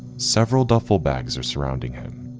several duffel bags are surrounding him.